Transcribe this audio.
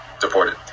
deported